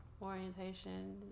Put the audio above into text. Orientation